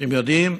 אתם יודעים,